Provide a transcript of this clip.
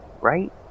right